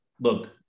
look